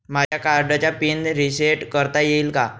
माझ्या कार्डचा PIN reset करता येईल का?